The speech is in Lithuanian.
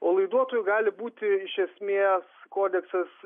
o laiduotoju gali būti iš esmės kodeksas